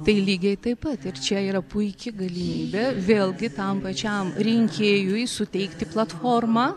tai lygiai taip pat ir čia yra puiki galimybė vėlgi tam pačiam rinkėjui suteikti platformą